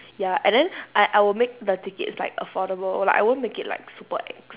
ya and then I I will make the tickets like affordable like I won't make it like super ex